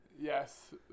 Yes